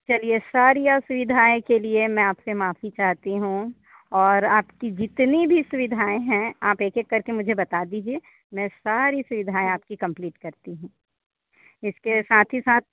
चलिए सारी असुविधाओं के लिए में आपसे माफ़ी चाहती हूँ और आपकी जितनी भी सुविधाएं है आप एक एक करके मुझे बता दीजिए मैं सारी सुविधाएं आपकी कम्प्लीट करती हूँ इसके साथ ही साथ